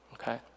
Okay